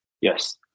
Yes